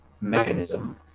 mechanism